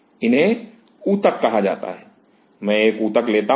इन्हें ऊतक कहा जाता है मैं एक ऊतक लेता हूं